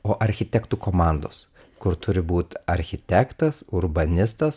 o architektų komandos kur turi būt architektas urbanistas